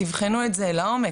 תבחנו את זה לעומק,